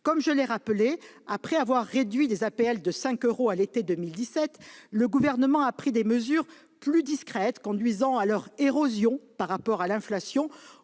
Comme je l'ai rappelé, après avoir réduit les APL de 5 euros à l'été 2017, le Gouvernement a pris des mesures plus discrètes conduisant à leur érosion par rapport à l'inflation